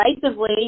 decisively